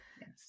Yes